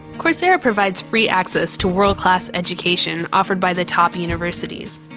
coursera provides free access to world-class education offered by the top universities.